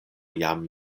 jam